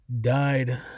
died